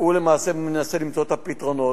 והוא למעשה מנסה למצוא את הפתרונות.